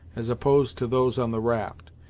as opposed to those on the raft,